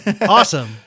Awesome